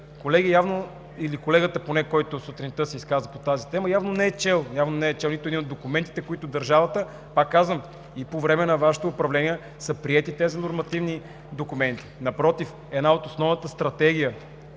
колегата, който сутринта се изказа по тази тема, не е чел нито един от документите, които държавата – пак казвам, и по време на Вашето управление са приети тези нормативни документи. Напротив, една от основните стратегии,